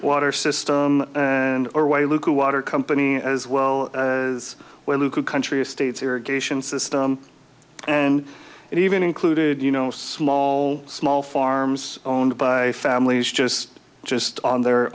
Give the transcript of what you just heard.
water system and or way local water company as well as well new country estates irrigation system and even included you know small small farms owned by families just just on their